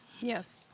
yes